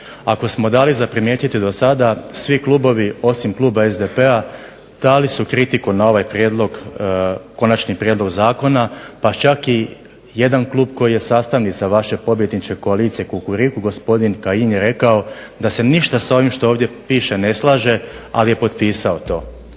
se./… za primijetiti do sada svi klubovi osim kluba SDP-a dali su kritiku na ovaj konačni prijedlog zakona pa čak i jedan klub koji je sastavnica vaše pobjedniče koalicije Kukuriku. Gospodin Kajin je rekao da se ništa s ovim što ovdje piše ne slaže, ali je potpisao to.